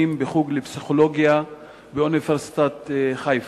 בחוג לפסיכולוגיה באוניברסיטת חיפה,